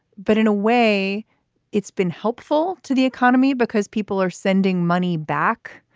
but in a way it's been helpful to the economy because people are sending money back.